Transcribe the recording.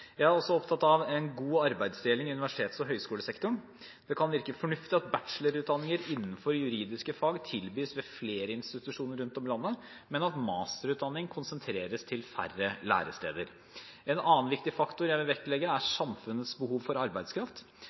Jeg er også opptatt av en god arbeidsdeling i universitets- og høyskolesektoren. Det kan virke fornuftig at bachelorutdanninger innenfor juridiske fag tilbys ved flere institusjoner rundt om i landet, men at masterutdanning konsentreres til færre læresteder. En annen viktig faktor jeg vil vektlegge er samfunnets behov for arbeidskraft.